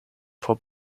por